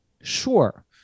Sure